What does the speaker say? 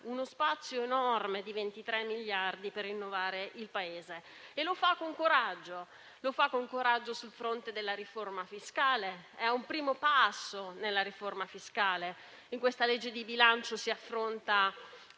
uno spazio enorme, 23 miliardi, per rinnovare il Paese. Lo fa con coraggio, come sul fronte della riforma fiscale: è un primo passo nella riforma fiscale. In questo disegno di legge di bilancio si affronta